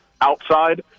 outside